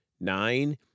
Nine